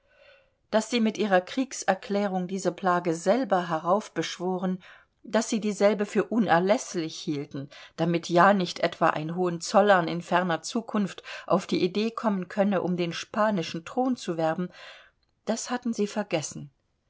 daß sie mit ihrer kriegserklärung diese plage selber heraufbeschworen daß sie dieselbe für unerläßlich hielten damit ja nicht etwa ein hohenzollern in ferner zukunft auf die idee kommen könne um den spanischen thron zu werben das hatten sie vergessen